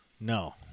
No